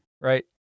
right